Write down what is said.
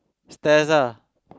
stairs ah